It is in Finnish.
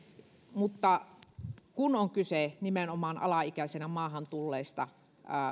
mutta kun on kyse nimenomaan alaikäisenä maahan tulleista